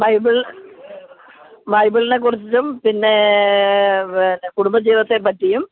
Bible ബൈബിള്നെക്കുറിച്ചും പിന്നേ പിന്നെ കുടുംബ ജീവിതത്തെ പറ്റിയും